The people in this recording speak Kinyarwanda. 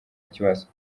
ikibazo